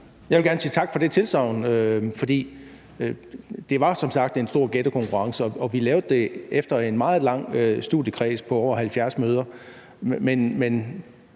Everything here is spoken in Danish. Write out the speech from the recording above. Jeg vil gerne sige tak for det tilsagn, for det var som sagt en stor gættekonkurrence, og vi lavede det efter en meget lang studiekreds på over 70 møder.